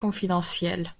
confidentiel